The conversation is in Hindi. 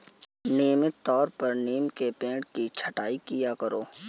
नियमित तौर पर नीम के पेड़ की छटाई किया करो